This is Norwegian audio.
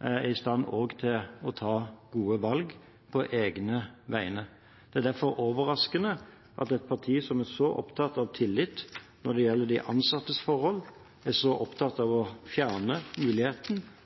er i stand til å ta gode valg på egne vegne. Det er derfor overraskende at et parti som er så opptatt av tillit når det gjelder de ansattes forhold, er så opptatt av å fjerne muligheten